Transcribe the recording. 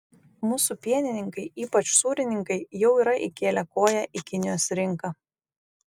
mūsų pienininkai ypač sūrininkai jau yra įkėlę koją į kinijos rinką